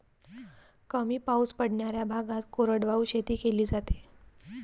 कमी पाऊस पडणाऱ्या भागात कोरडवाहू शेती केली जाते